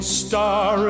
star